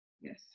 Yes